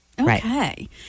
Okay